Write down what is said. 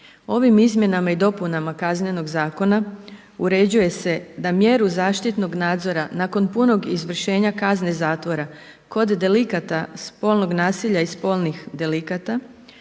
Ovim izmjenama i dopuna kaznenog zakona uređuje se da mjeru zaštitnog nadzora nakon punog izvršenja kazne zatvora kod delikata spolnog nasilja i spolnih delikata